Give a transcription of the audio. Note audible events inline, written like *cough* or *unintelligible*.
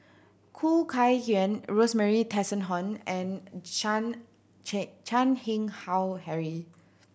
Khoo Kay Hian Rosemary Tessensohn and Chan *unintelligible* Chan Keng Howe Harry